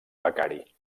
becari